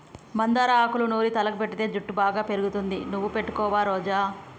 మందార ఆకులూ నూరి తలకు పెటితే జుట్టు బాగా పెరుగుతుంది నువ్వు పెట్టుకుంటావా రోజా